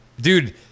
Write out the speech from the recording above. Dude